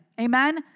Amen